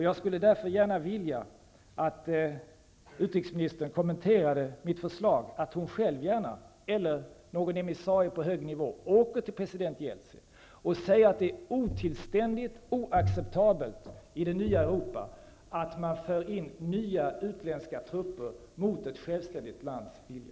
Jag skulle gärna vilja att utrikesministern kommenterade mitt förslag att hon själv eller någon emissarie på hög nivå gärna åker till president Jeltsin och säger att det är otillständigt och oacceptabelt i det nya Europa att man för in nya utländska trupper mot ett självständigt lands vilja.